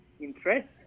interest